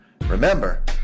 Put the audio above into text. Remember